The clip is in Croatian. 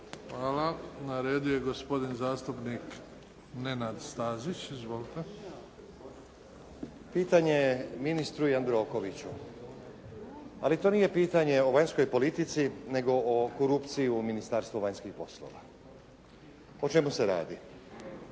Hvala. Na redu je gospodin zastupnik Nenad Stazić. Izvolite. **Stazić, Nenad (SDP)** Pitanje ministru Jandrokoviću. Ali to nije pitanje o vanjskoj politici nego o korupciji u Ministarstvu vanjskih poslova. O čemu se radi?